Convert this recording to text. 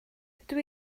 dydw